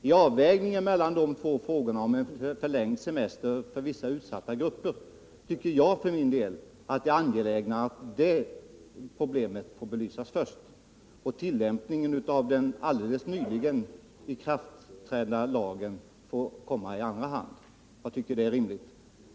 I avvägningen mellan de båda frågorna om förlängd semester för vissa utsatta grupper resp. tillämpningen av semesterlagen tycker i varje fall jag att det är angeläget att det förra problemet får belysas först och tillämpningen av den helt nyligen ikraftträdda lagen får komma i andra hand. Jag anser att det är rimligt.